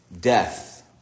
death